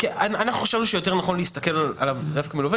אנחנו חשבנו שיותר נכון להסתכל עליו דווקא כעל לווה.